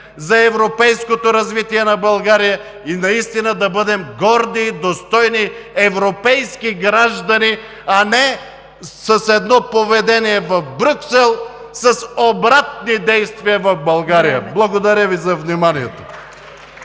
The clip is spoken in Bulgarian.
за европейското развитие на България и да бъдем горди и достойни европейски граждани, а не с едно поведение в Брюксел, с обратни действия в България! Благодаря Ви за вниманието.